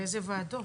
לאיזו ועדות.